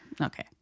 okay